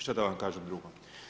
Šta da vam kažem drugo?